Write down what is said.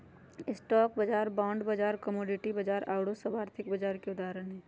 stock बाजार, bond बाजार, commodity बाजार आउर सभ आर्थिक बाजार के उदाहरण हइ